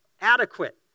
adequate